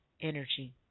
energy